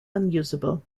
unusable